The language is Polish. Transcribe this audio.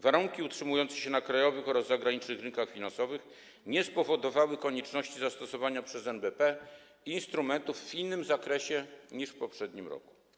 Warunki utrzymujące się na krajowych oraz zagranicznych rynkach finansowych nie spowodowały konieczności zastosowania przez NBP instrumentów w innym zakresie niż w poprzednim roku.